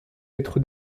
être